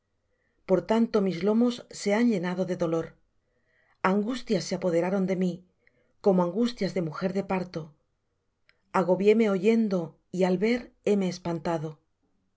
por tanto mis lomos se han llenado de dolor angustias se apoderaron de mí como angustias de mujer de parto agobiéme oyendo y al ver heme espantado